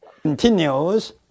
continues